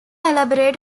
elaborate